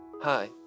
Hi